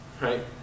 right